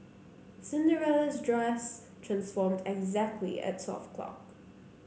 Cinderella's dress transformed exactly at twelve o'clock